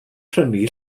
prynu